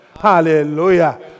Hallelujah